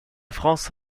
france